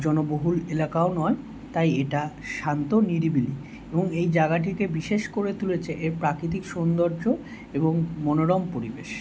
জনবহুল এলাকাও নয় তাই এটা শান্ত নিরিবিলি এবং এই জায়গাটিকে বিশেষ করে তুলেছে এর প্রাকৃতিক সৌন্দর্য এবং মনোরম পরিবেশ